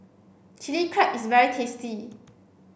Chilli Crab is very tasty